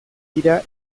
dira